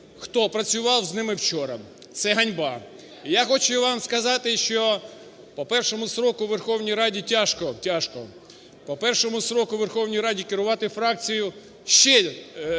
хто працював з ними вчора. Це ганьба! Я хочу вам сказати, що по першому строку у Верховній Раді тяжко, тяжко, по першому строку у Верховній Раді керувати фракцією ще тяжкіше.